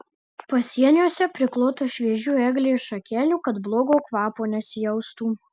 pasieniuose priklota šviežių eglės šakelių kad blogo kvapo nesijaustų